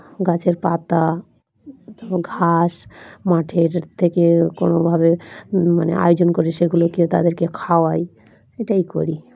গাছের পাতা তারপর ঘাস মাঠের থেকে কোনোভাবে মানে আয়োজন করে সেগুলোকে তাদেরকে খাওয়াই এটাই করি